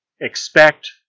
Expect